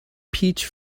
peach